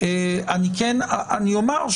בסדר גמור.